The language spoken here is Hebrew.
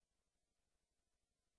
אני מסכים,